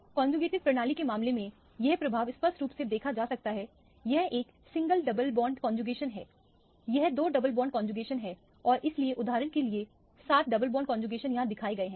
conjugated प्रणाली के मामले में यह प्रभाव स्पष्ट रूप से देखा जा सकता है यह एक सिंगल डबल बॉन्ड कौनजूगेशन है यह दो डबल बॉन्ड कौनजूगेशन है और इसलिए उदाहरण के लिए 7 डबल बॉन्ड कौनजूगेशन यहां दिखाए गए हैं